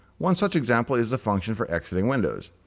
one such example is the function for exiting windows.